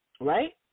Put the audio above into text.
Right